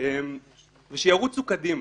ושירוצו קדימה.